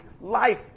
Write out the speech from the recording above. life